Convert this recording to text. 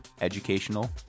educational